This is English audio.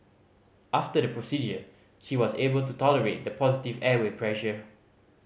after the procedure she was able to tolerate the positive airway pressure